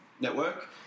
network